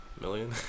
Million